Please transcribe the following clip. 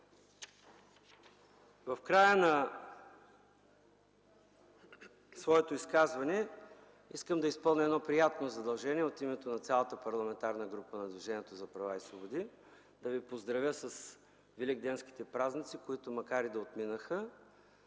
в края на своето изказване искам да изпълня едно приятно задължение от името на цялата Парламентарна група на Движението за права и свободи – да Ви поздравя с Великденските празници, които отминаха,